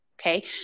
Okay